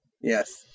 Yes